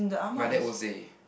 my dad won't say